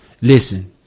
Listen